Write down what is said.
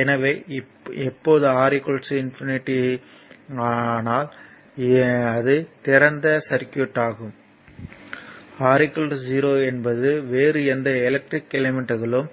எனவே எப்போது R ஆனால் அது திறந்த சர்க்யூட் ஆகும் R 0 என்பது வேறு எந்த எலக்ட்ரிக் எலிமெண்ட்களும்